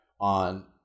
on